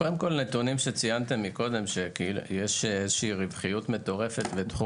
קודם כל הנתונים שציינת כאילו יש רווחיות מטורפת בתחום